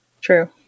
True